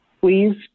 Please